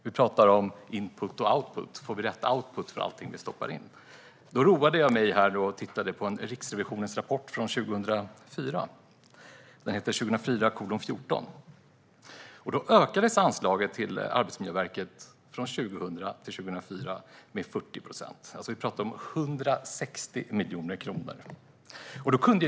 Vi pratar om input och output - får vi rätt output av allt vi stoppar in? Jag roade mig med att titta på en rapport från Riksrevisionen från 2004; den heter 2004:14. Anslaget till Arbetsmiljöverket ökades från 2000 till 2004 med 40 procent - vi talar om 160 miljoner kronor.